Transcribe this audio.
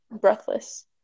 breathless